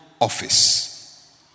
office